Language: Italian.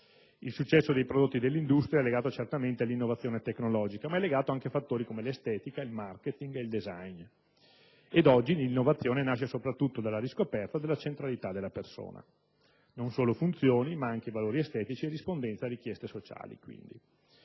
Il successo dei prodotti dell'industria è legato certamente all'innovazione tecnologica, ma è legato anche a fattori come l'estetica, il *marketing* e il *design.* Oggi l'innovazione nasce soprattutto dalla riscoperta della centralità della persona: dunque, non solo funzioni, ma anche valori estetici e rispondenza a richieste sociali.